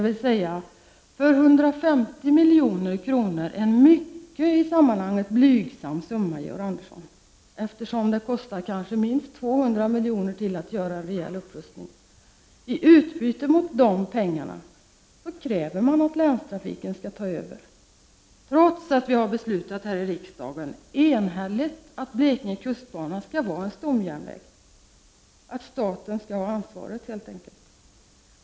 Man ger 150 milj.kr. — en i sammanhanget mycket blygsam summa, Georg Andersson, eftersom det kostar minst 200 milj.kr. till att göra en reell upprustning — och i utbyte för de pengarna kräver man att länstrafiken skall ta över, trots att vi här i riksdagen enhälligt har beslutat att Blekinge kustbana skall vara en stomjärnväg, att staten helt enkelt skall ha ansvaret.